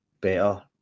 better